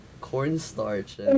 cornstarch